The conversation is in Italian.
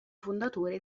fondatore